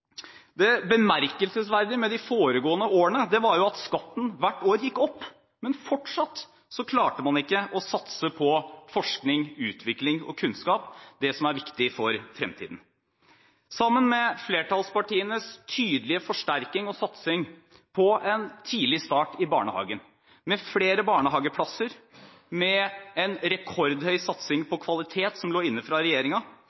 Det bemerkelsesverdige med de foregående årene var jo at skatten hvert år gikk opp, men fortsatt klarte man ikke å satse på forskning, utvikling og kunnskap – det som er viktig for fremtiden. Sammen med flertallspartienes tydelige forsterkning og satsing på en tidlig start i barnehagen, med flere barnehageplasser, med en rekordhøy satsing